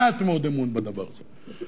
מעט מאוד אמון בדבר הזה.